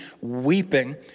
weeping